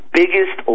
biggest